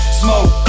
smoke